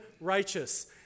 righteous